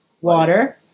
water